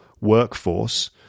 workforce